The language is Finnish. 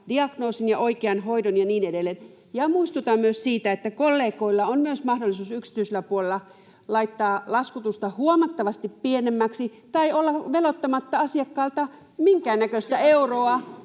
diagnoosin ja oikean hoidon ja niin edelleen. Muistutan myös siitä, että kollegoilla on myös mahdollisuus yksityisellä puolella laittaa laskutusta huomattavasti pienemmäksi tai olla veloittamatta asiakkaalta minkäännäköistä euroa,